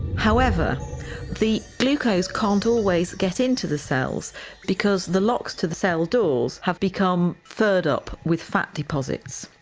however the glucose can't always get into the cells because the locks to the cell doors have become furred up with fat deposits.